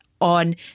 on